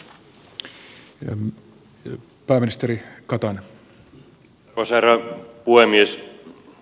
arvoisa herra puhemies